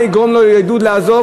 מה ייתן לו עידוד לעזוב?